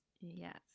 Yes